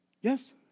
Yes